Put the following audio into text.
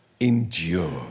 endure